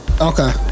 Okay